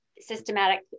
Systematic